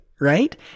right